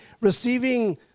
receiving